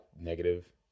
negative